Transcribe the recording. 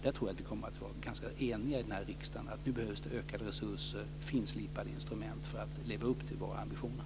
Jag tror att vi kommer att vara eniga i riksdagen angående handlingsplanen om att det behövs ökade resurser och finslipade instrument för att leva upp till våra ambitioner.